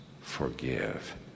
Forgive